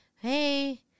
hey